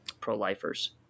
pro-lifers